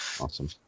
Awesome